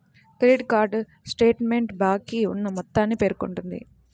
credit card statement బాకీ ఉన్న మొత్తాన్ని పేర్కొంటుంది